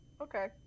Okay